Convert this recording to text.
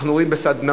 אנחנו רואים בסדנאות,